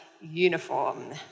uniform